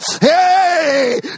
Hey